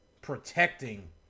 protecting